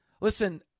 listen